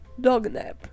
dognap